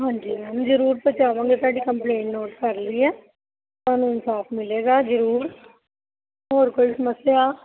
ਹਾਂਜੀ ਮੈਮ ਜ਼ਰੂਰ ਪਹੁੰਚਾਵਾਂਗੇ ਤੁਹਾਡੀ ਕੰਪਲੇਂਨ ਨੋਟ ਕਰ ਲਈ ਹੈ ਤੁਹਾਨੂੰ ਇਨਸਾਫ ਮਿਲੇਗਾ ਜ਼ਰੂਰ ਹੋਰ ਕੋਈ ਸਮੱਸਿਆ